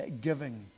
giving